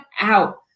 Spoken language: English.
out